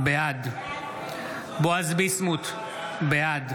בעד בועז ביסמוט, בעד